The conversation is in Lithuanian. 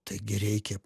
taigi reikia